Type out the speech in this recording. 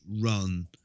run